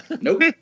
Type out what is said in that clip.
Nope